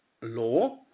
law